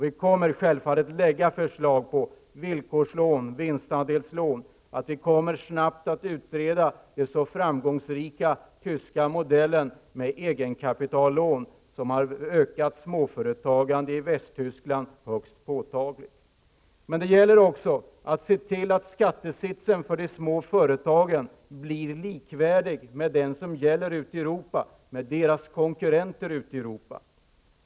Vi kommer självfallet att lägga fram förslag om villkorslån och vinstandelslån, och vi kommer snabbt att utreda den så framgångsrika tyska modellen med egenkapitallån, som har ökat småföretagandet i Västtyskland högst påtagligt. Men det gäller också att se till att skattesitsen för de små företagen blir likvärdig med den som gäller för deras konkurrenter ute i Europa.